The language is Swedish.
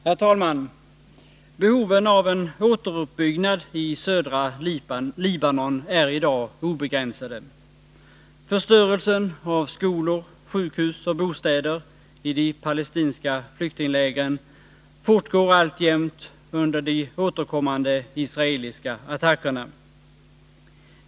Herr talman! Behoven av återuppbyggnad i södra Libanon är i dag obegränsade. Förstörelsen av skolor, sjukhus och bostäder i de palestinska flyktinglägren fortgår alltjämt under de återkommande israeliska attackerna.